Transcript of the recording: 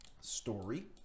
story